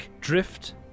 drift